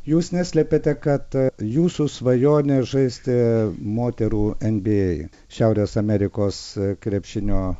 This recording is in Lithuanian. jūs neslepiate kad jūsų svajonė žaisti moterų nba šiaurės amerikos krepšinio